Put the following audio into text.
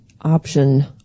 option